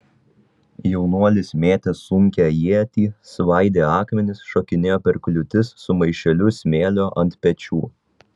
jaunuolis mėtė sunkią ietį svaidė akmenis šokinėjo per kliūtis su maišeliu smėlio ant pečių